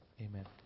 Amen